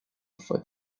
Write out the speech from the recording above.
fue